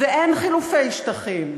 ואין חילופי שטחים,